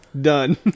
Done